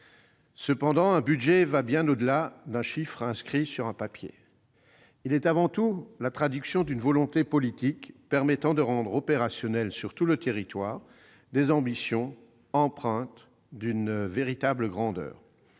Cependant, un budget va bien au-delà des chiffres inscrits sur le papier. Il est avant tout la traduction d'une volonté politique permettant de rendre opérationnelles, sur tout le territoire, des ambitions empreintes d'une véritable grandeur.